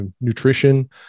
nutrition